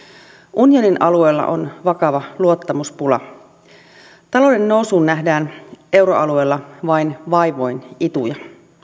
unionin alueella on vakava luottamuspula talouden nousuun nähdään euroalueella vain vaivoin ituja